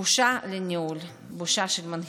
בושה לניהול, בושה של מנהיגות.